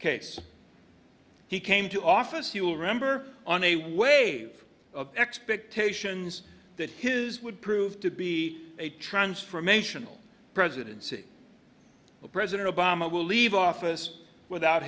case he came to office you'll remember on a wave of expectations that his would prove to be a transformational presidency but president obama will leave office without